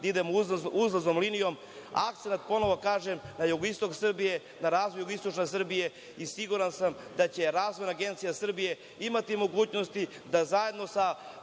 idemo uzlaznom linijom, sa akcentom, ponovo kažem, na jugoistok Srbije, na razvoj jugoistočne Srbije. Siguran sam da će Razvojna agencija Srbije imati mogućnosti da zajedno sa